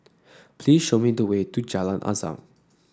please show me the way to Jalan Azam